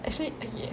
actually ya